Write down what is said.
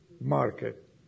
market